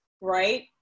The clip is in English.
Right